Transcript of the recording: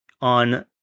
on